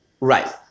Right